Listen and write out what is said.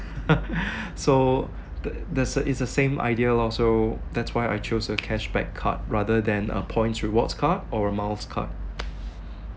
so the the it's the same idea lor so that's why I chose a cashback card rather than a points rewards card or a miles card